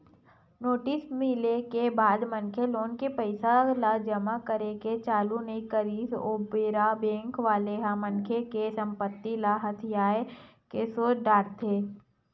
notice मिले के बाद मनखे लोन ले पइसा ल जमा करे के चालू नइ करिस ओ बेरा बेंक वाले ह मनखे के संपत्ति ल हथियाये के सोच डरथे